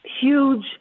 huge